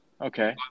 Okay